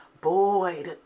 boy